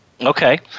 Okay